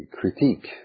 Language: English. critique